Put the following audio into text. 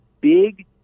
big